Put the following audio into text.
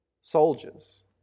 soldiers